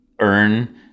earn